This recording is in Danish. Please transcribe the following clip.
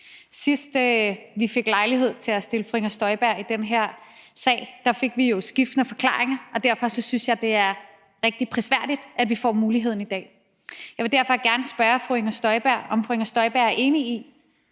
Sidst vi fik lejlighed til at stille fru Inger Støjberg spørgsmål i den her sal, fik vi jo skiftende forklaringer, og derfor synes jeg, det er rigtig prisværdigt, at vi får muligheden i dag. Jeg vil derfor gerne spørge fru Inger Støjberg, om fru Inger Støjberg er enig i,